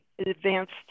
advanced